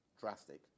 drastic